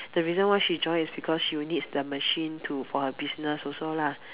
the reason why she joins is because she needs the machine to for her business also lah